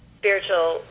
spiritual